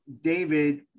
David